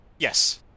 Yes